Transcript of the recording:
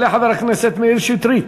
יעלה חבר הכנסת מאיר שטרית,